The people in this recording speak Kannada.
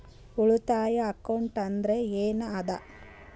ಉಳಿತಾಯ ಅಕೌಂಟ್ ಅಂದ್ರೆ ಏನ್ ಅದ?